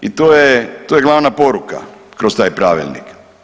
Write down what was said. I to je glavna poruka kroz taj pravilnik.